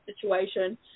situation